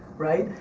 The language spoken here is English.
right?